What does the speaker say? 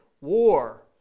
War